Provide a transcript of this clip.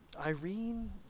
Irene